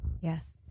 Yes